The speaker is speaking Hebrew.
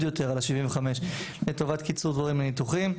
יותר על ה-75 לטובת קיצור תורים לניתוחים.